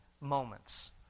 moments